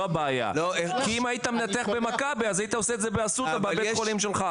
כי אם היית מנתח במכבי אז היית עושה את זה באסותא בבית חולים שלך.